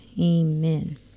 Amen